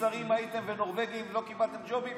את לא קיבלת ג'וב?